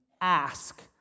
ask